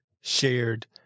shared